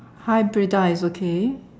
hybrida is okay